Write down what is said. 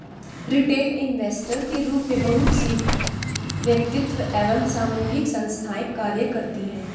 retail investor के रूप में बहुत सी वैयक्तिक एवं सामूहिक संस्थाएं कार्य करती हैं